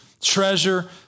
treasure